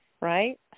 right